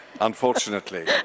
unfortunately